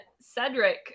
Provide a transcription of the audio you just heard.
Cedric